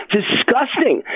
Disgusting